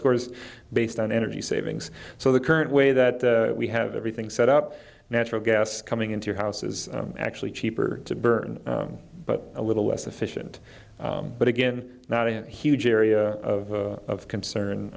scores based on energy savings so the current way that we have everything set up natural gas coming into your house is actually cheaper to burn but a little less efficient but again not in a huge area of of concern